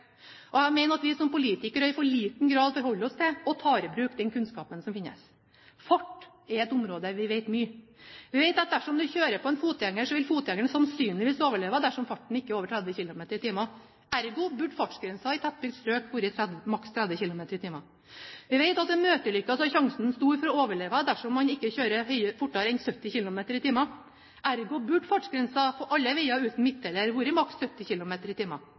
virker. Jeg mener vi som politikere i for liten grad forholder oss til og tar i bruk den kunnskapen som finnes. Fart er et område vi vet mye om. Vi vet at dersom du kjører på en fotgjenger, vil fotgjengeren sannsynligvis overleve dersom farten ikke er over 30 km/t. Ergo burde fartsgrensen i tettbygd strøk være maks 30 km/t. Vi vet at ved møteulykker er sjansen stor for å overleve dersom man ikke kjører fortere enn 70 km/t. Ergo burde fartsgrensen på alle veier uten midtdeler være maks 70 km/t.